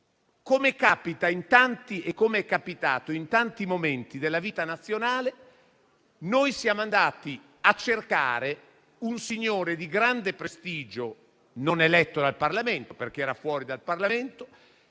Come è capitato in tanti momenti della vita nazionale, siamo andati a cercare un signore di grande prestigio, non eletto in Parlamento - era infatti fuori dal Parlamento